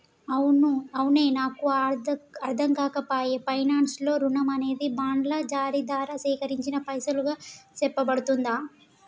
అవునే నాకు అర్ధంకాక పాయె పైనాన్స్ లో రుణం అనేది బాండ్ల జారీ దారా సేకరించిన పైసలుగా సెప్పబడుతుందా